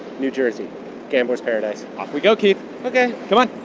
new jersey gambler's paradise off we go, keith ok come on.